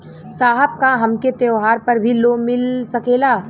साहब का हमके त्योहार पर भी लों मिल सकेला?